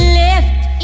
left